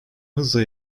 hızla